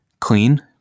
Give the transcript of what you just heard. clean